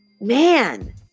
man